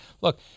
look